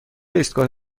ایستگاه